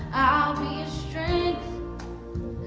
be strength.